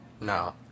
No